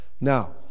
Now